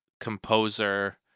composer